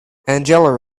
angela